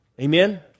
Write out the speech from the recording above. Amen